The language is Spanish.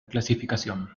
clasificación